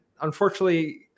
unfortunately